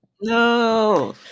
No